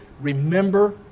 Remember